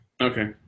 Okay